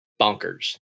bonkers